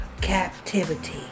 captivity